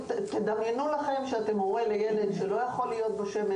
תדמיינו לכם שאתם הורים לילד שלא יכול להיות בשמש,